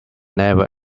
never